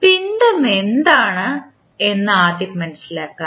പിണ്ഡം എന്താണെന്ന് ആദ്യം മനസ്സിലാക്കാം